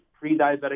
pre-diabetic